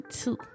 tid